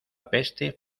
peste